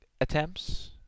attempts